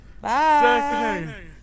Bye